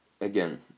again